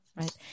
Right